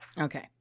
Okay